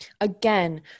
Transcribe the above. again